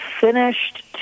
finished